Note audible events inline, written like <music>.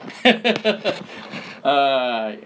<laughs> <noise>